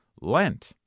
Lent